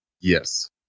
Yes